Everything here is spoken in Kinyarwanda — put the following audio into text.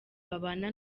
babana